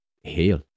heal